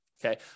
Okay